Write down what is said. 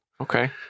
Okay